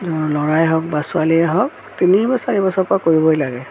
ল'ৰাই হওক বা ছোৱালীয়ে হওক তিনি বা চাৰি বছৰৰ পৰা কৰিবই লাগে